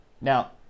now